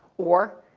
or,